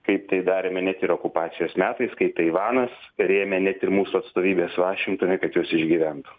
kaip tai darėme net ir okupacijos metais kai taivanas rėmė ne ir mūsų atstovybes vašingtone kad jos išgyventų